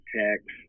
text